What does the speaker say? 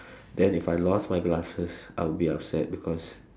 then if I lost my glasses I'll be upset because